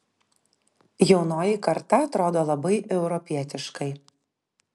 jaunoji karta atrodo labai europietiškai